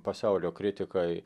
pasaulio kritikai